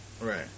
Right